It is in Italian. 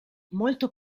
molto